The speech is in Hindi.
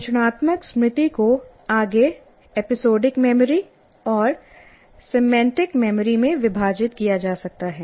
घोषणात्मक स्मृति को आगे एपिसोडिक मेमोरी और सिमेंटिक मेमोरी में विभाजित किया जा सकता है